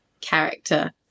character